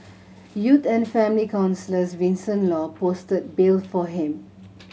youth and family counsellor Vincent Law posted bail for him